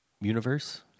universe